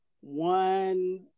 one